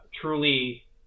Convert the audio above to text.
truly